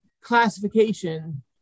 classification